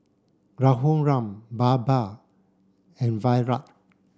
Raghuram Baba and Virat